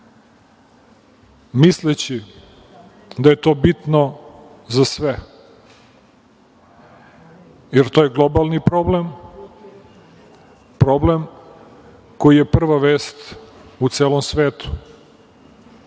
misleći da je to bitno za sve, jer to je globalni problem, problem koji je prva vest u celom svetu.